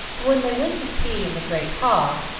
but when they went to tea in the great hall,